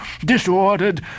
disordered